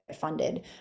funded